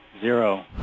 zero